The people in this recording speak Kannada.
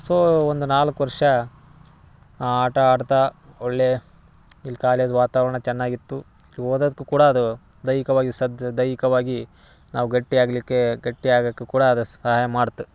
ಸೋ ಒಂದು ನಾಲ್ಕು ವರ್ಷ ಆ ಆಟ ಆಡ್ತಾ ಒಳ್ಳೆಯ ಇಲ್ಲಿ ಕಾಲೇಜ್ ವಾತಾವರಣ ಚೆನ್ನಾಗಿತ್ತು ಓದದ್ಕು ಕೂಡ ಅದು ದೈಹಿಕವಾಗಿ ಸದ್ ದೈಹಿಕವಾಗಿ ನಾವು ಗಟ್ಟಿಯಾಗಲಿಕ್ಕೆ ಗಟ್ಟಿಯಾಗಕ್ಕೂ ಕೂಡ ಅದು ಸಹಾಯ ಮಾಡ್ತು